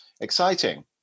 Exciting